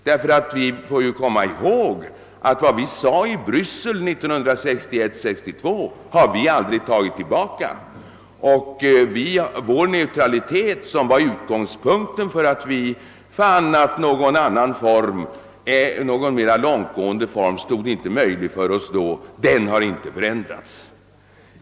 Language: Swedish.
Vi får komma ihåg att vad vi sade i Bryssel 1961—1962 har vi aldrig tagit tillbaka. Vår neutralitet, som då var utgångspunkten för vårt ställningstagande att någon mera långtgående anslutningsform inte var möjlig för oss, har inte förändrats.